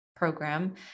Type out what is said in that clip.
program